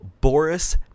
Boris